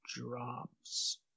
drops